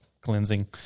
cleansing